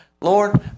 Lord